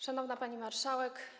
Szanowna Pani Marszałek!